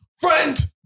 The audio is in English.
friend